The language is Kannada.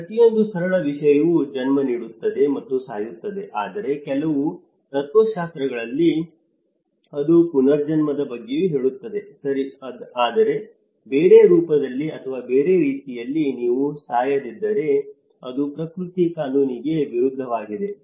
ಪ್ರತಿಯೊಂದು ಸರಳ ವಿಷಯವೂ ಜನ್ಮ ನೀಡುತ್ತದೆ ಮತ್ತು ಸಾಯುತ್ತದೆ ಆದರೆ ಕೆಲವು ತತ್ತ್ವಶಾಸ್ತ್ರಗಳಲ್ಲಿ ಅದು ಪುನರ್ಜನ್ಮದ ಬಗ್ಗೆಯೂ ಹೇಳುತ್ತದೆ ಸರಿ ಆದರೆ ಬೇರೆ ರೂಪದಲ್ಲಿ ಅಥವಾ ಬೇರೆ ರೀತಿಯಲ್ಲಿ ನೀವು ಸಾಯದಿದ್ದರೆ ಅದು ಪ್ರಕೃತಿ ಕಾನೂನಿಗೆ ವಿರುದ್ಧವಾಗಿದೆ